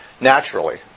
naturally